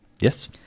Yes